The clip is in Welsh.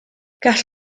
gall